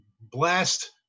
blast